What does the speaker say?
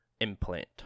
implant